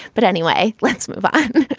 but anyway let's move on.